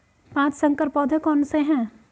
पाँच संकर पौधे कौन से हैं?